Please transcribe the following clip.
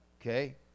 okay